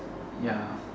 ya